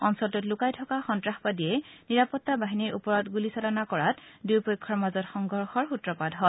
অঞ্চলটোত লুকাই থকা সন্তাবাদীয়ে নিৰাপতা বাহিনীৰ ওপৰত গুলিচালনা কৰাত দুয়োপক্ষৰ মাজত সংঘৰ্যৰ সূত্ৰপাত হয়